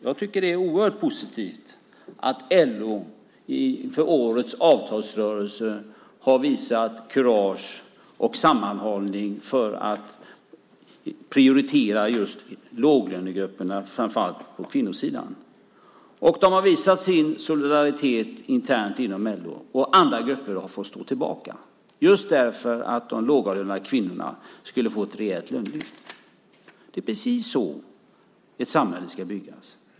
Jag tycker att det är oerhört positivt att LO inför årets avtalsrörelse har visat kurage och sammanhållning för att prioritera just låglönegrupperna, framför allt på kvinnosidan. Man har visat sin solidaritet internt inom LO, och andra grupper har fått stå tillbaka, just därför att de lågavlönade kvinnorna skulle få ett rejält lönelyft. Det är precis så ett samhälle ska byggas.